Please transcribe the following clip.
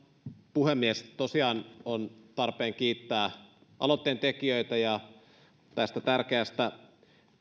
puhemies tosiaan on tarpeen kiittää aloitteentekijöitä tästä tärkeästä